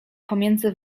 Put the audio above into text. pomiędzy